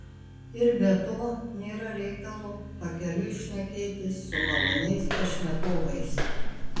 ir be to nėra reikalo pakeliui šnekėtis su maloniais pašnekovais